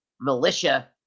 militia